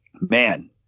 man